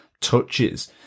touches